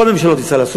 כל ממשלות ישראל עשו,